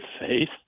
faith